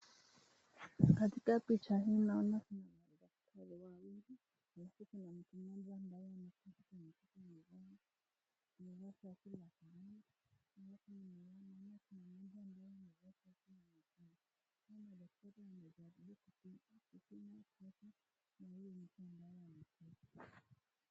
Katika picha hii naona kuna mwanamke ambaye amesimama na mtoto mmoja ambaye analia. Ni mwaka wa 1980 na kuna mwanamke ambaye amevaa koti na kofia. Na huyo mtoto analia kwa hiyo mwanamke.